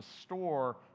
store